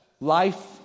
Life